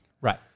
Right